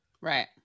Right